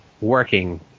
working